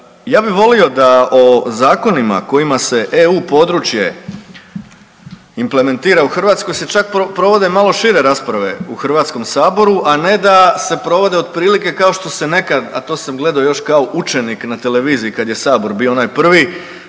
ja bi volio da o zakonima kojima se EU područje implementira se čak provode malo šire rasprave u Hrvatskom saboru, a ne da se provode otprilike kao što se nekad, a to sam gledao još kao učenik na televiziji kad je sabor bio onaj prvi,